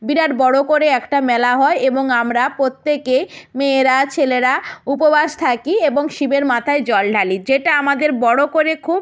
বিরাট বড়ো করে একটা মেলা হয় এবং আমরা প্রত্যেকে মেয়েরা ছেলেরা উপবাস থাকি এবং শিবের মাথায় জল ঢালি যেটা আমাদের বড়ো করে খুব